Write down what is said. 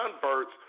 converts